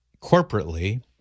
corporately